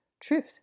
truth